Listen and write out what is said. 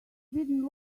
been